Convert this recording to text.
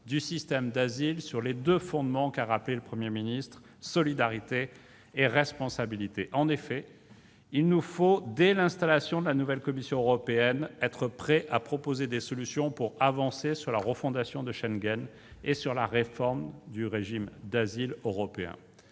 du système d'asile sur les deux fondements qu'a rappelés le Premier ministre : solidarité et responsabilité. En effet, dès l'installation de la nouvelle Commission européenne, nous devons être prêts à proposer des solutions pour avancer sur la refondation de Schengen et sur la réforme du régime d'asile européen.